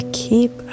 keep